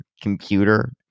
computer